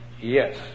Yes